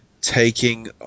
taking